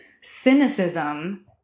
cynicism